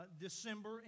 December